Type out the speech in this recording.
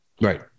Right